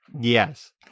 Yes